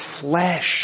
flesh